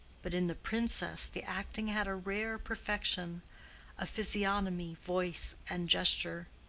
but in the princess the acting had a rare perfection of physiognomy, voice, and gesture.